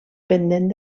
pendent